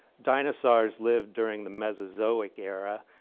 dinosaurs lived during the mesozoic era,